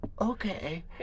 okay